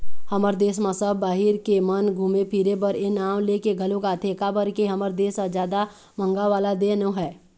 हमर देस म सब बाहिर के मन घुमे फिरे बर ए नांव लेके घलोक आथे काबर के हमर देस ह जादा महंगा वाला देय नोहय